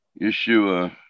Yeshua